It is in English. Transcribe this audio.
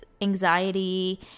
anxiety